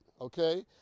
okay